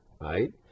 Right